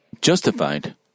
justified